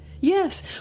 Yes